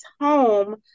home